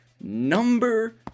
number